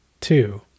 two